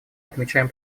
отмечаем